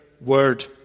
Word